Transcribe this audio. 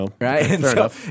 right